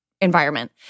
environment